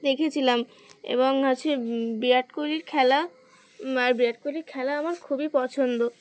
দেখেছিলাম এবং হচ্ছে বিরাট কোহলির খেলা আর বিরাট কোহলির খেলা আমার খুবই পছন্দ